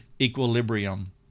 equilibrium